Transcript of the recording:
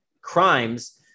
crimes